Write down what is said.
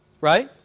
Right